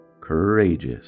courageous